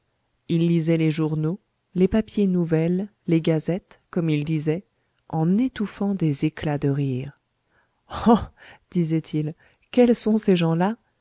il lisait les journaux les papiers nouvelles les gazettes comme il disait en étouffant des éclats de rire oh disait-il quelles sont ces gens-là